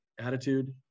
attitude